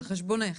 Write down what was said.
על חשבונך?